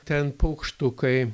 ten paukštukai